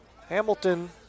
Hamilton